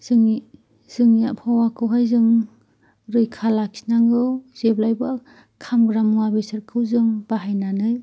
जोंनि जोंनि आबहावाखौहाय जों रैखा लाखिनांगौ जेब्लायबो खामग्रा मुवा बेसादखौ जों बाहायनानै